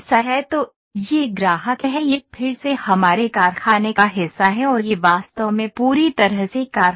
तो यह ग्राहक है यह फिर से हमारे कारखाने का हिस्सा है और यह वास्तव में पूरी तरह से कारखाना है